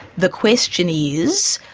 the question is,